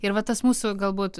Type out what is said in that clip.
ir va tas mūsų galbūt